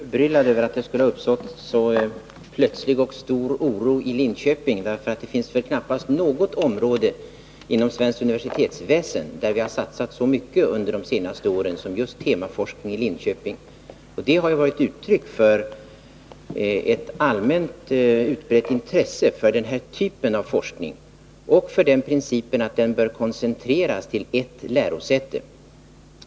Herr talman! Jag är kanske litet förbryllad över att det skulle ha uppstått så plötslig och stor oro i Linköping, för det finns väl knappast något område inom svenskt universitetsväsen där vi har satsat så mycket under de senaste åren som just när det gäller temaforskningen i Linköping. Och det har ju varit uttryck för ett allmänt utbrett intresse för den här typen av forskning och för principen att forskningen bör koncentreras till ert lärosäte.